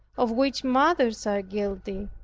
of which mothers are guilty,